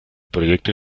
proyecto